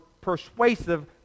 persuasive